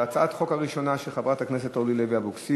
על הצעת החוק הראשונה של חברת הכנסת אורלי לוי אבקסיס